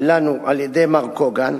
לנו על-ידי מר קוגן,